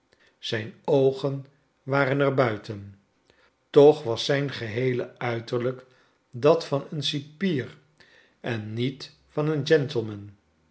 zijn oogen waren er buiten toch was zijn geheele uiterlijk dat van een cipier en niet van een gentleman